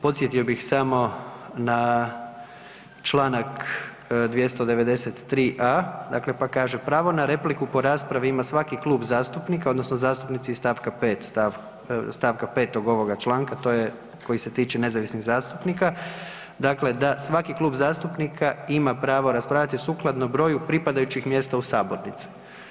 Podsjetio bih samo na Članak 293a., dakle pa kaže, pravo na repliku po raspravi ima svaki klub zastupnika odnosno zastupnici iz stavka 5. ovoga članka, to je koji se tiče nezavisnih zastupnika, dakle da svaki klub zastupnik ima pravo raspravljati sukladno broju pripadajućih mjesta u sabornici.